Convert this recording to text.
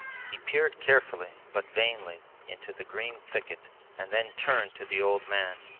he peered carefully but vainly into the green thicket and then turned to the old man.